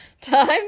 time